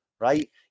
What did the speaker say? right